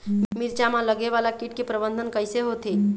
मिरचा मा लगे वाला कीट के प्रबंधन कइसे होथे?